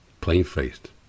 plain-faced